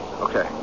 Okay